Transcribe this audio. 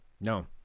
No